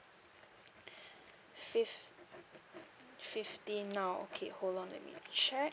fif~ fifty now okay hold on let me check